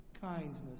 kindness